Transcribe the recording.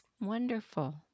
Wonderful